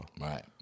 Right